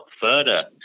further